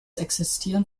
existieren